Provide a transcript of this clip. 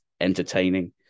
entertaining